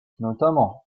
notamment